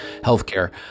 healthcare